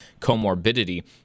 comorbidity